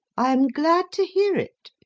i am glad to hear it.